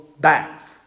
back